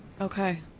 Okay